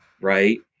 right